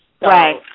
Right